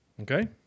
Okay